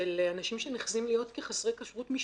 של אנשים שנכנסים להיות כחסרי כשרות משפטית,